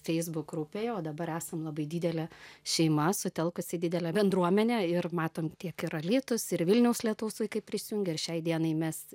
facebook grupėje o dabar esam labai didelė šeima sutelkusi didelę bendruomenę ir matom tiek ir alytus ir vilniaus lietaus vaikai prisijungia ir šiai dienai mes